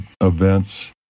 events